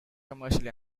commercially